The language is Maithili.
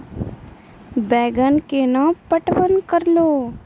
बैंगन केना पटवन करऽ लो?